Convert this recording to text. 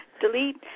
Delete